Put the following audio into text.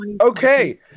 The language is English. okay